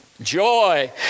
Joy